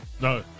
no